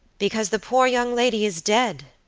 because the poor young lady is dead,